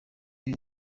uyu